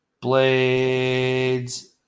Blades